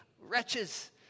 wretches